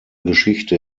geschichte